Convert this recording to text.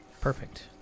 Perfect